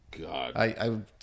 God